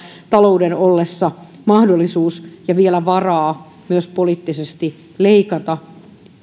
talouden ollessa nousukiidossa mahdollisuus ja vielä varaa myös poliittisesti leikata